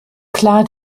klar